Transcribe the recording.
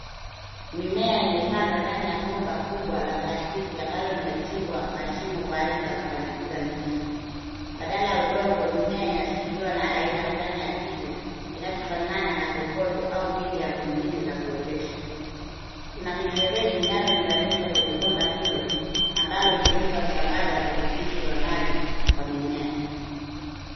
Mimea imepandwa ndani ya bomba kubwa la plastiki ambalo limechimbwa mashimo kwa ajili ya kupandikiza miche. Badala ya udongo mimea inashikiliwa na aina fulani ya kitu kinachofanana na kokoto au medium nyingine za kuotesha. Kuna mifereji inayounganishwa kwenye bomba hilo ambalo hutumika kusambaza virutubisho vya maji kwa mimea.